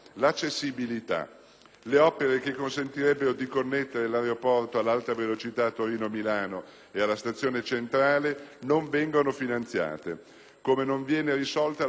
Le opere che consentirebbero di connettere l'aeroporto all'Alta velocità Torino-Milano e con la stazione Centrale di Milano non vengono finanziate, così come non viene risolta la questione cargo.